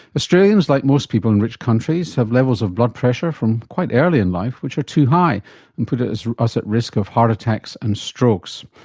australians, like most people in rich countries, have levels of blood pressure from quite early in life which are too high and put us us at risk of heart attacks and strokes.